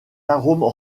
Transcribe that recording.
arômes